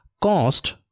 cost